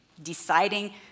deciding